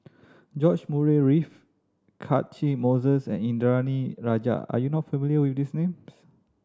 George Murray Reith Catchick Moses and Indranee Rajah are you not familiar with these names